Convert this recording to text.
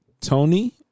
Tony